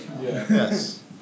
Yes